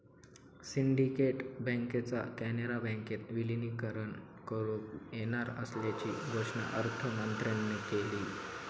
syndicate बँकेचा कॅनरा बँकेत विलीनीकरण करुक येणार असल्याची घोषणा अर्थमंत्र्यांन केली